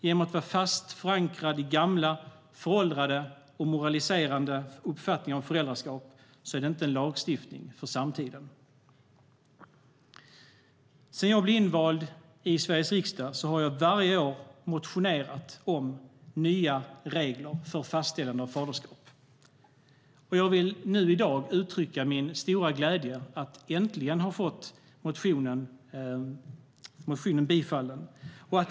Genom att vara fast förankrad i gamla, föråldrade och moraliserande uppfattningar om föräldraskap är det inte en lagstiftning för samtiden. Sedan jag blev invald i Sveriges riksdag har jag varje år motionerat om nya regler för fastställande av faderskap. Jag vill nu i dag uttrycka min stora glädje över att äntligen ha fått motionen tillstyrkt.